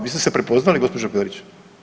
Vi ste se prepoznali gospođo Borić?